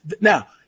now